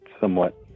somewhat